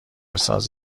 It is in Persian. ساز